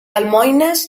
almoines